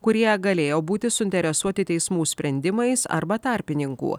kurie galėjo būti suinteresuoti teismų sprendimais arba tarpininkų